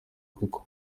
koko